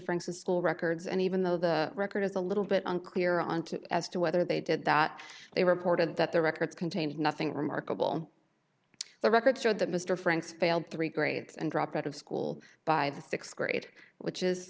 francis school records and even though the record is a little bit unclear on to as to whether they did that they reported that the records contained nothing remarkable the records showed that mr franks failed three grades and dropped out of school by the th grade which is